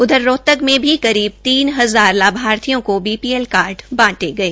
उधर रोहतक में भी करीब तीन हजार लाभार्थियों को बीपीएल कार्डबांटे गए